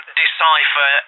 decipher